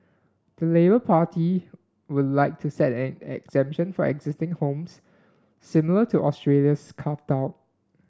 the Labour Party would like to set an exemption for existing homes similar to Australia's carve out